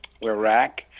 Iraq